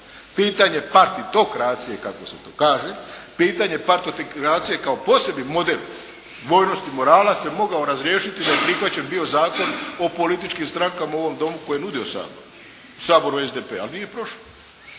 pitanje partokriacije kao posebni model dvojnosti morala se mogao razriješiti da je prihvaćen bio Zakon o političkim strankama u ovom Domu koji je nudio Sabor. Saboru SDP, ali nije prošao.